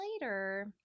later